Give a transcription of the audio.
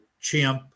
chimp